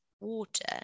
water